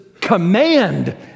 command